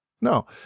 No